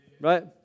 right